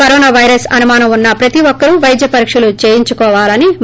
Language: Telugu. కరోనా వైరస్ అనుమానం ఉన్న ప్రతి ఒక్కరూ వైద్య పరీక్షలు చేయించుకోవాలని తెలిపారు